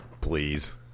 Please